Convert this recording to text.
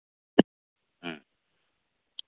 ᱦᱮᱸ